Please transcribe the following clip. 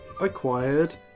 Acquired